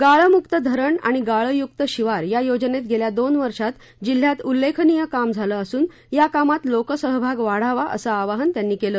गाळमुक्त धरण आणि गाळयुक्त शिवार या योजनेत गेल्या दोन वर्षात जिल्हयात उल्लेखनिय काम झाले असून या कामात लोकसहभाग वाढावा असे आवाहन त्यांनी केलं